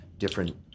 different